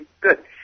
good